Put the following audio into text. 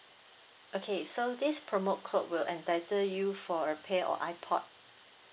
okay so this promo code will entitle you for a pair of airpod